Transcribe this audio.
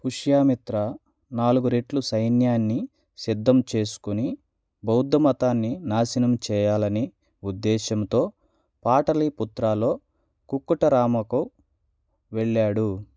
పుష్యామిత్ర నాలుగు రెట్లు సైన్యాన్ని సిద్ధం చేసుకుని బౌద్ధ మతాన్ని నాశనం చెయ్యాలని ఉద్దేశముతో పాటలీపుత్రలో కుక్కుటరామకు వెళ్ళాడు